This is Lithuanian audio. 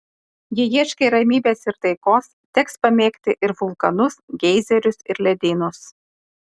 jei ieškai ramybės ir taikos teks pamėgti ir vulkanus geizerius ir ledynus